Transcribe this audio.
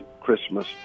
Christmas